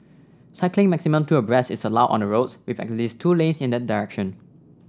cycling maximum two abreast is allowed on the roads with at least two lanes in that direction